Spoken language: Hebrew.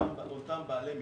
אותם בעלי מקצוע,